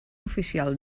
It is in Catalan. oficial